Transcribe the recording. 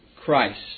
Christ